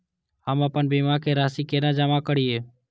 हम आपन बीमा के राशि केना जमा करिए?